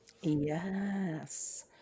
Yes